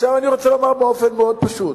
אני רוצה לומר באופן מאוד פשוט: